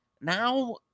Now